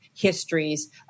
histories